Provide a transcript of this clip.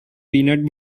peanut